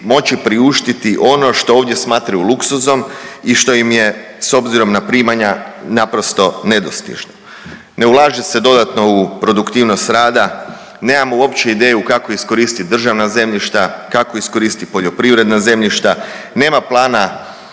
moći priuštiti ono što ovdje smatraju luksuzom i što im je, s obzirom na primanja, naprosto nedostižno. Ne ulaže se dodatno u produktivnost rada, nemamo uopće ideju kako iskoristiti državna zemljišta, kako iskoristiti poljoprivredna zemljišta, nema plana